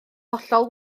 hollol